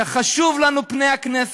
שחשובים לנו פני הכנסת,